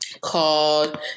called